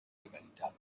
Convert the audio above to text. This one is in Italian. legalità